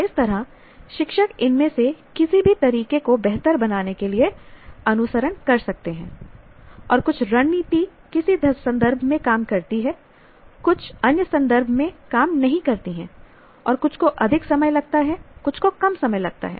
इस तरह शिक्षक इनमें से किसी भी तरीके को बेहतर बनाने के लिए अनुसरण कर सकते हैं और कुछ रणनीति किसी संदर्भ में काम करती हैं कुछ अन्य संदर्भ में काम नहीं करती हैं और कुछ को अधिक समय लगता है कुछ को कम समय लगता है